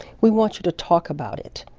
we want you to talk about it.